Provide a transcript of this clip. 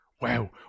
wow